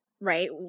right